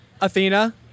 Athena